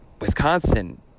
Wisconsin